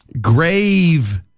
Grave